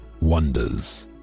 wonders